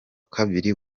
kabiri